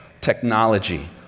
technology